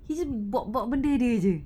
he's a buat buat benda dia jer